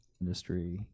industry